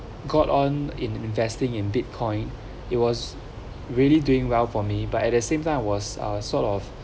got on in investing in bitcoin it was really doing well for me but at the same time I was ah sort of